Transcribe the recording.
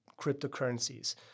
cryptocurrencies